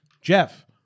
Jeff